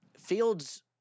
Fields